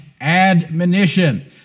admonition